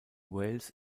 wales